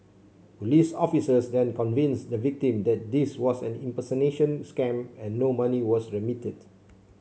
police officers then convinced the victim that this was an impersonation scam and no money was remitted